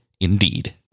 Indeed